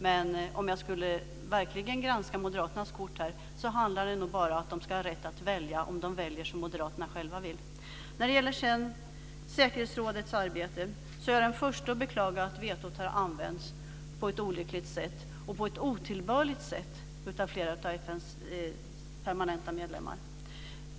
Men om jag verkligen skulle granska moderaternas kort här så handlar det nog bara om att de baltiska länderna ska ha rätt att välja om de väljer som moderaterna själva vill. När det sedan gäller säkerhetsrådets arbete så är jag den första att beklaga att vetot har använts på ett olyckligt sätt och på ett otillbörligt sätt av flera av FN:s permanenta medlemmar.